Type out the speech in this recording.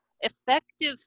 effective